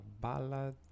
ballad